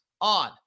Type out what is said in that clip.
On